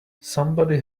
somebody